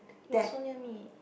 it was so near me